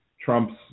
Trump's